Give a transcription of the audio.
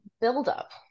build-up